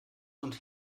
und